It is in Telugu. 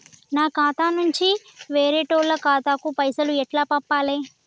నా ఖాతా నుంచి వేరేటోళ్ల ఖాతాకు పైసలు ఎట్ల పంపాలే?